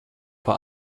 for